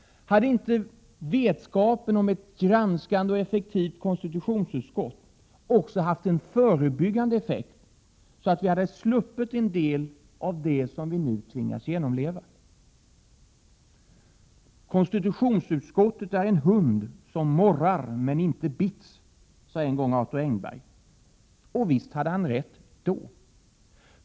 Hade inte vetskapen om ett granskande och effektivt konstitutionsutskott också haft en förebyggande effekt, så att vi hade sluppit en del av det som vi nu tvingas genomleva? ”KU är en hund som morrar men inte bits”, sade en gång Arthur Engberg. Och visst hade han rätt då.